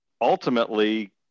ultimately